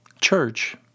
Church